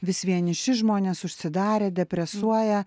vis vieniši žmonės užsidarę depresuoja